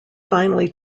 finally